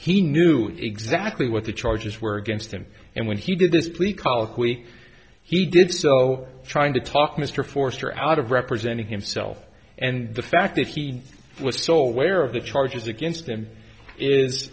he knew exactly what the charges were against him and when he did this please colloquy he did so trying to talk mr forster out of representing himself and the fact that he was so aware of the charges against him is